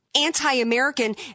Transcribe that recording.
Anti-American